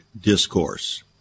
Discourse